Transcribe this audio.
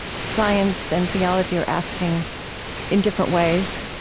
science and theology, are asking in different ways.